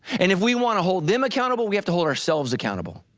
and if we wanna hold them accountable, we have to hold ourselves accountable.